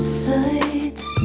sights